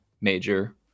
major